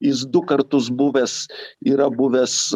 jis du kartus buvęs yra buvęs